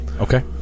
Okay